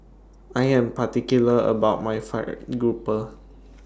I Am particular about My Fried Grouper